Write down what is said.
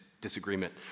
Disagreement